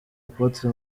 apotre